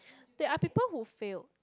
there are people who failed